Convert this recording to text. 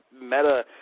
meta